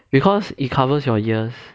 because it covers your ears